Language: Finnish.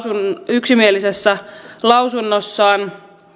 yksimielisessä lausunnossaan